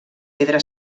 pedra